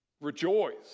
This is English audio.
Rejoice